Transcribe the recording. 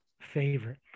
favorite